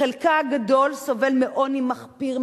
חלקה הגדול סובל מעוני מחפיר,